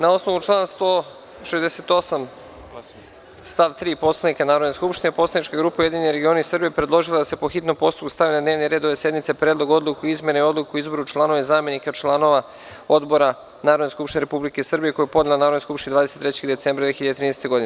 Na osnovu člana 168. stav 3. Poslovnika Narodne skupštine, Poslanička grupa Ujedinjeni regioni Srbije predložila je da se, po hitnom postupku, stavi na dnevni red ove sednice Predlog odluke o izmeni Odluke o izboru članova i zamenika članova odbora Narodne skupštine Republike Srbije, koji je podnela Narodnoj skupštini Republike Srbije 23. decembra 2013. godine.